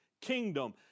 kingdom